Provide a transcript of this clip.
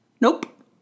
Nope